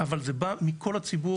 אבל זה בא מכל הציבור,